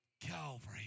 Calvary